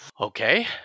Okay